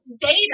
data